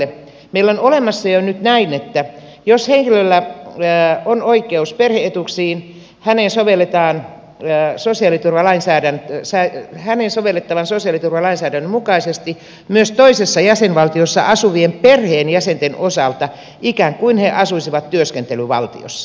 meillä on olemassa jo nyt näin että henkilöllä on oikeus perhe etuuksiin häneen sovellettavan sosiaaliturvalainsäädännön tylsä ja hänen sovellettava suosii kokonaisedun mukaisesti myös toisessa jäsenvaltiossa asuvien perheenjäsenten osalta ikään kuin he asuisivat työskentelyvaltiossa